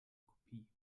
kopie